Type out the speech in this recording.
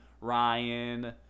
ryan